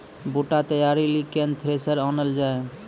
बूटा तैयारी ली केन थ्रेसर आनलऽ जाए?